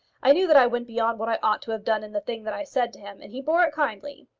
i knew that i went beyond what i ought to have done in the things that i said to him, and he bore it kindly.